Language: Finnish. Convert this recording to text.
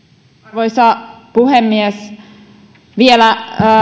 arvoisa puhemies vielä